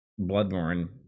Bloodborne